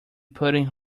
putting